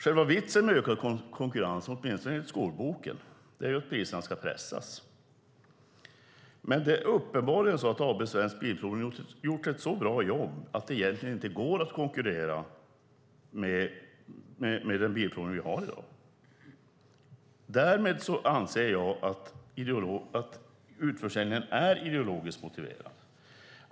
Själva vitsen med ökad konkurrens är, åtminstone enligt skolboken, att priserna ska pressas. Men det är uppenbart att AB Svensk Bilprovning har gjort ett så bra jobb att det egentligen inte går att konkurrera med den bilprovning vi har i dag. Därmed anser jag att utförsäljningen är ideologisk motiverad.